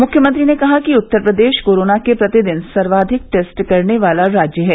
मुख्यमंत्री ने कहा कि उत्तर प्रदेश कोरोना के प्रतिदिन सर्वाधिक टेस्ट करने वाला राज्य है